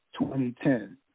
2010